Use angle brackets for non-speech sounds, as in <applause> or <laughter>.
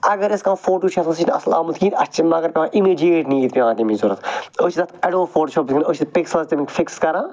اگر أسۍ کانٛہہ فوٹو چھُ آسان سُہ چھُنہٕ اصٕل آمُت کہیٖنۍ اسہِ چھِ مگر پیٚوان امِجیٹ نیٖڈ پیٚوان تمِچۍ ضروٗرت تہٕ أسۍ چھِ تتھ ایٚڈوب فوٹوشواپ <unintelligible> أسۍ چھِ پِکسل تمِکۍ فِکٕس کران